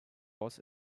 was